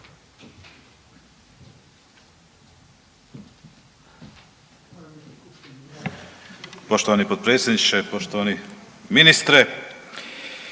lijepo g. potpredsjedniče, poštovani ministre